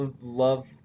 Love